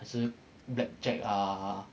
还是 black jack ah